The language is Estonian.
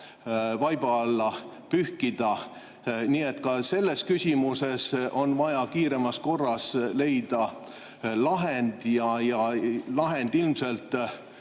vaiba alla pühkida. Nii et ka selles küsimuses on vaja kiiremas korras leida lahend. Lahend ilmselt